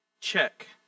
check